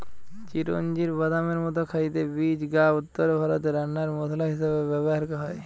চিরোঞ্জির বাদামের মতো খাইতে বীজ গা উত্তরভারতে রান্নার মসলা হিসাবে ব্যভার হয়